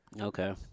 Okay